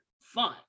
fun